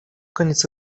koniec